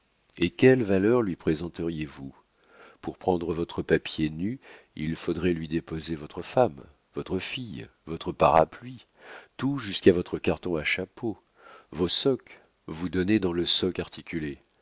et quelles valeurs lui présenteriez vous pour prendre votre papier nu il faudrait lui déposer votre femme votre fille votre parapluie tout jusqu'à votre carton à chapeau vos socques vous donnez dans le socque articulé